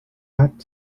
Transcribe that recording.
hat